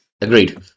agreed